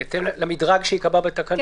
עד 10,000 שקל, בהתאם למדרג שייקבע בתקנות.